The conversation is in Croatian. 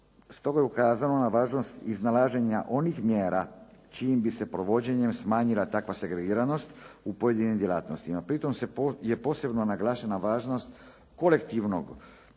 Stoga je ukazano na važnost iznalaženja onih mjera čijim se provođenjem smanjila takva segregiranost u pojedinim djelatnostima. Pri tom je posebno naglašena važnost kolektivnog ugovora